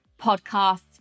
podcasts